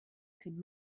could